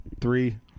Three